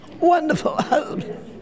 Wonderful